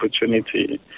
opportunity